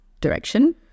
direction